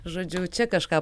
žodžiu čia kažką